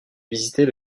visiter